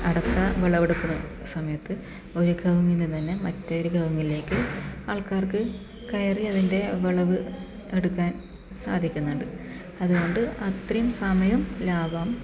അടയ്ക്ക വിളവെടുക്കുന്ന സമയത്ത് ഒരു കവുങ്ങിന് തന്നെ മറ്റൊരു കവുങ്ങിലേക്ക് ആൾക്കാർക്ക് കയറി അതിൻ്റെ വിളവ് എടുക്കാൻ സാധിക്കുന്നുണ്ട് അതുകൊണ്ട് അത്രയും സമയം ലാഭം